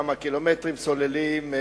כמה קילומטרים סוללים,